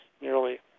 nearly